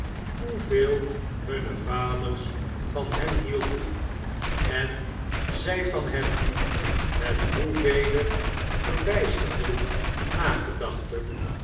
hoeveel hunne vaders van hen hielden en zij van hen met hoevele verbijsterde